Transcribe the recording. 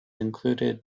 included